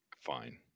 fine